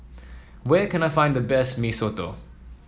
where can I find the best Mee Soto